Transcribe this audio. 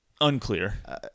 unclear